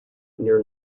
near